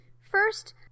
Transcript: First